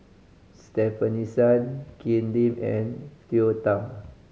Stefanie Sun Ken Lim and Cleo Thang